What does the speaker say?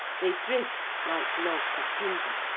they drift like logs of timber.